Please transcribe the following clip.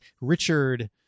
Richard